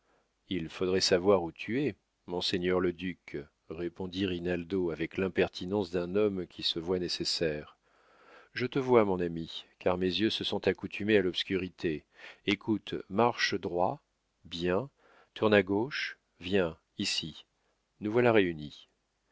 il faudrait savoir où tu es monseigneur le duc répondit rinaldo avec l'impertinence d'un homme qui se voit nécessaire je te vois mon ami car mes yeux se sont accoutumés à l'obscurité écoute marche droit bien tourne à gauche viens ici nous voilà réunis